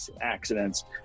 Accidents